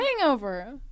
Hangover